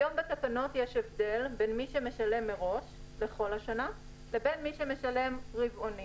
היום בתקנות יש הבדל בין מי שמשלם מראש בכל השנה לבין מי שמשלם רבעונית.